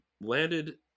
landed